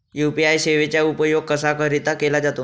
UPI सेवेचा उपयोग कशाकरीता केला जातो?